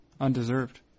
Undeserved